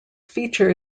feature